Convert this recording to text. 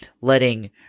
letting